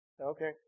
Okay